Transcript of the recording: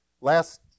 Last